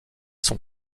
sont